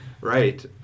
Right